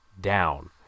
down